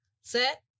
set